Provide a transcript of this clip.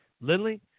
Lindley